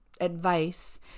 advice